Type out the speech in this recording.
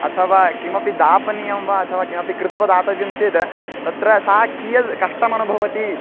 अथवा किमपि दापनीयं वा अथवा किमपि कृत्वा दातव्यं चेद् तत्र सा कियद् कष्टमनुभवति